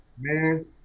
Man